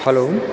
hello